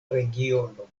regiono